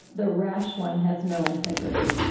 the rash one has no integrity